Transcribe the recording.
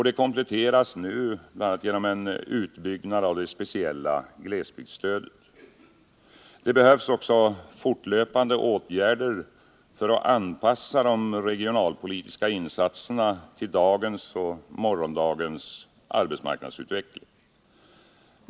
Det kompletteras nu genom bl.a. en utbyggnad av det speciella glesbygdsstödet. Det behövs också fortlöpande åtgärder för att anpassa de regionalpolitiska insatserna till dagens och morgondagens arbetsmarknadsutveckling.